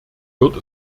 wird